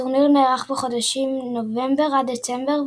הטורניר נערך בחודשים נובמבר עד דצמבר,